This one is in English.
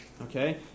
Okay